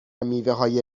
میوههای